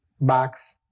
box